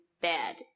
bad